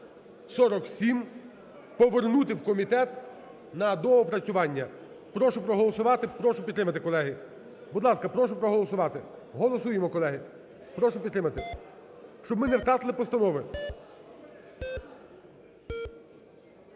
(5247) повернути в комітет на доопрацювання. Прошу проголосувати, прошу підтримати, колеги. Будь ласка, прошу проголосувати, голосуємо, колеги. Прошу підтримати, щоб ми не втратили постанови.